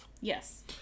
Yes